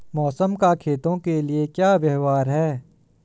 मौसम का खेतों के लिये क्या व्यवहार है?